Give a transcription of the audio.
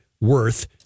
Worth